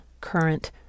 current